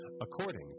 According